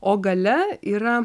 o gale yra